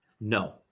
No